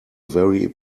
very